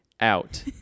out